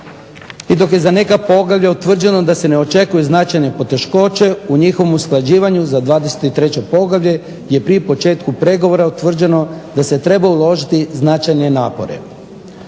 I dok je za neka poglavlja utvrđeno da se ne očekuju značajne poteškoće u njihovom usklađivanju za 23. Poglavlje je pri početku pregovora utvrđeno da se treba uložiti značajne napore.